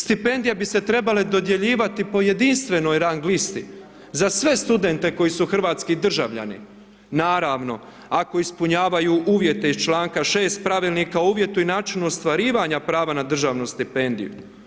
Stipendije bi se trebale dodjeljivati po jedinstvenoj rang listi za sve studente koji su hrvatski državljani, naravno ako ispunjavaju uvjete iz članka 6. Pravilnika o uvjetu i načinu ostvarivanja prava na državnu stipendiju.